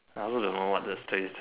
I also don't know what to say